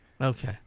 Okay